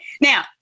Now